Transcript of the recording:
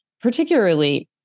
particularly